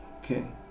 okay